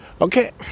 Okay